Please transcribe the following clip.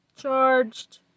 charged